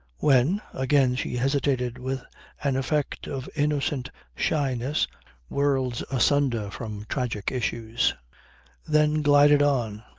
when. again she hesitated with an effect of innocent shyness worlds asunder from tragic issues then glided on.